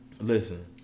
Listen